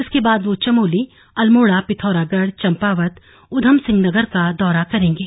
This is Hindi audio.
इसके बाद वो चमोली अल्मोड़ा पिथौरागढ़ चंपावत ऊधमसिंह नगर का दौरा करेंगे